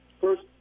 first